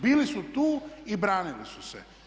Bili su tu i branili su se.